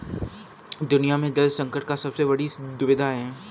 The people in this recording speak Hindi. दुनिया में जल संकट का सबसे बड़ी दुविधा है